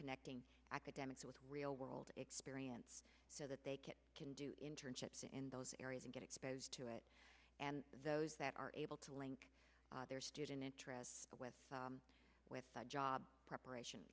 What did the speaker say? connecting academics with real world experience so that they can do internships in those areas and get exposed to it and those that are able to link their student interests with with the job preparation